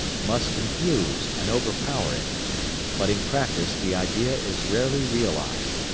must confuse and overpower it but in practice the idea is rarely realized,